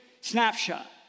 snapshot